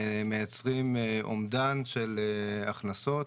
מייצרים אומדן של הכנסות